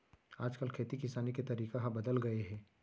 आज काल खेती किसानी के तरीका ह बदल गए हे